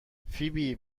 فیبی